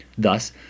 Thus